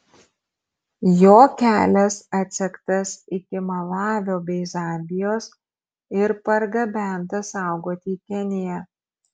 jo kelias atsektas iki malavio bei zambijos ir pargabentas saugoti į keniją